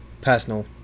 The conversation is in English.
personal